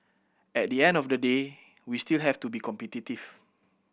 at the end of the day we still have to be competitive